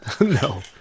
no